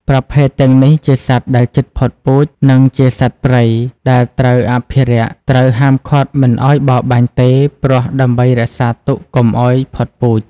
ប្រភេទទាំងនេះជាសត្វដែលជិតផុតពូជនិងជាសត្វព្រៃដែលត្រូវអភិរក្សត្រូវហាមឃាត់មិនឲ្យបរបាញ់ទេព្រោះដើម្បីរក្សាទុកកំុឲ្យផុតពូជ។